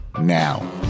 now